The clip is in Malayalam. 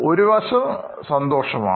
ഒരു വശം സന്തോഷമാണ്